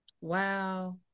Wow